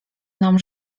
nam